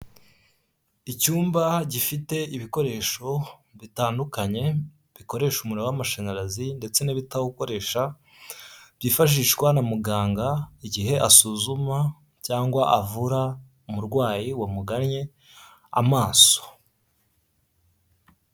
Icyumba gifite ibikoresho bitandukanye bikoresha umuriro w'amashanyarazi ndetse n'ibitawukoresha byifashishwa na muganga igihe asuzuma cyangwa avura umurwayi wamugannye amaso.